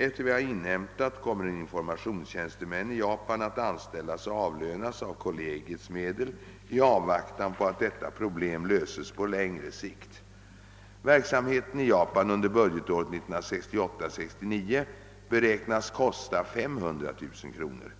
Efter vad jag inhämtat kommer en informationstjänsteman i Japan att anställas och avlönas av kollegiets medel i avvaktan på att detta problem löses på längre sikt. Verksamheten i Japan under budgetåret 1968/69 beräknas kosta cirka 500 000 kronor.